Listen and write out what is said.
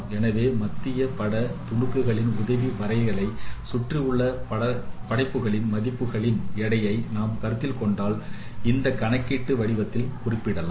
எனவே மத்திய பட துணுக்குகளின் உதவி வரையறையை சுற்றியுள்ள படைப்புக்களின் மதிப்புகளின் எடையை நாம் கருத்தில் கொண்டால் இந்த கணக்கீடு வடிவத்தில் குறிப்பிடலாம்